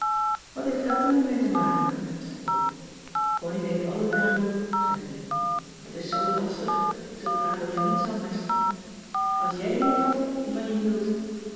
wat heeft dat er nu mee te maken zei pop connie denkt altijd aan ru zei pien dat is zoo lastig ze praat over niets anders als jij iemand hadt die van je hield